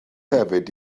hefyd